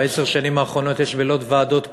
בעשר השנים האחרונות יש בלוד ועדות קרואות,